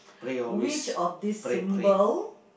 which of these symbol